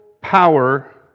power